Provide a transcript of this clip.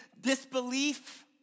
disbelief